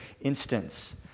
instance